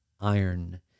iron